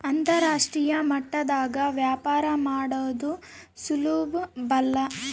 ಅಂತರಾಷ್ಟ್ರೀಯ ಮಟ್ಟದಾಗ ವ್ಯಾಪಾರ ಮಾಡದು ಸುಲುಬಲ್ಲ